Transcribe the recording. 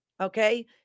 Okay